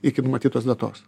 iki numatytos datos